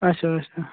اَچھا اَچھا